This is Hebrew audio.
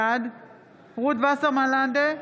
בעד רות וסרמן לנדה,